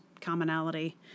commonality